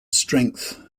strength